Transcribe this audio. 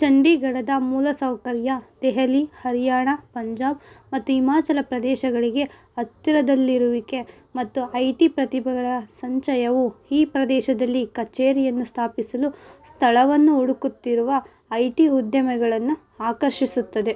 ಚಂಡೀಗಡದ ಮೂಲ ಸೌಕರ್ಯ ದೆಹಲಿ ಹರಿಯಾಣ ಪಂಜಾಬ್ ಮತ್ತು ಹಿಮಾಚಲ ಪ್ರದೇಶಗಳಿಗೆ ಹತ್ತಿರದಲ್ಲಿರುವಿಕೆ ಮತ್ತು ಐ ಟಿ ಪ್ರತಿಭೆಗಳ ಸಂಚಯವು ಈ ಪ್ರದೇಶದಲ್ಲಿ ಕಛೇರಿಯನ್ನು ಸ್ಥಾಪಿಸಲು ಸ್ಥಳವನ್ನು ಹುಡುಕುತ್ತಿರುವ ಐ ಟಿ ಉದ್ಯಮಿಗಳನ್ನು ಆಕರ್ಷಿಸುತ್ತದೆ